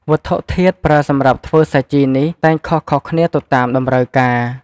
វត្ថុធាតុប្រើសម្រាប់ធ្វើសាជីនេះតែងខុសៗគ្នាទៅតាមតម្រូវការ។